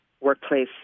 workplace